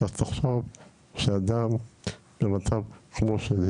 אז תחשוב שאדם במצב כמו שלי